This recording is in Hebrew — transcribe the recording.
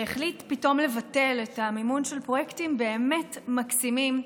שהחליט פתאום לבטל את המימון של פרויקטים באמת מקסימים,